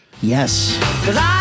Yes